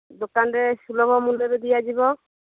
ଦୋକାନରେ ସୁଲଭ ମୂଲ୍ୟରେ ଦିଆଯିବ